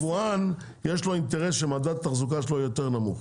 בעיה ראשונה היא שהיבואן יש לו אינטרס שמדד התחזוקה שלו יהיה יותר נמוך,